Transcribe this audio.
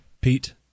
Pete